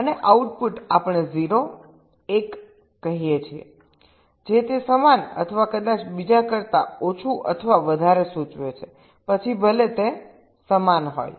અને આઉટપુટ આપણે 0 1 કહીએ છીએ જે તે સમાન અથવા કદાચ બીજા કરતા ઓછું અથવા વધારે સૂચવે છે પછી ભલે તે સમાન હોય